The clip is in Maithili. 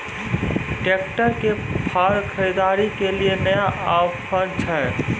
ट्रैक्टर के फार खरीदारी के लिए नया ऑफर छ?